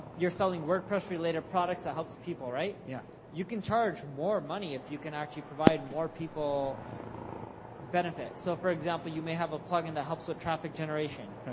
you're selling wordpress related products that helps people, right? yeah. you can charge more money if you can actually provide more people benefit, so for example, you may have a plugin, that helps with traffic generation.